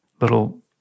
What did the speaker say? little